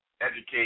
educate